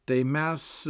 tai mes